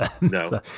No